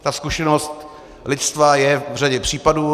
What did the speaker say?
Ta zkušenost lidstva je v řadě případů.